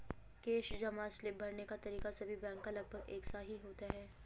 cash जमा slip भरने का तरीका सभी बैंक का लगभग एक सा ही होता है